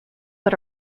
but